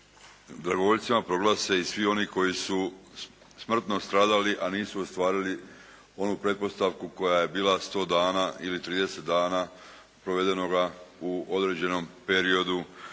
dragovoljcima proglase i svi oni koji su smrtno stradali, a nisu ostvarili onu pretpostavku koja je bila 100 dana ili 30 dana provedenoga u određenom periodu